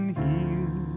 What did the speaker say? heal